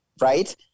Right